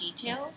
details